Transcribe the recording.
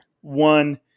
one